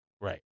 Right